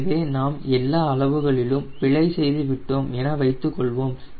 எனவே நாம் எல்லா அளவுகளிலும் பிழை செய்து விட்டோம்